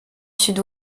sud